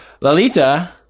Lalita